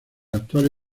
actual